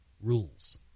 rules